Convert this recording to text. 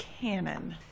Canon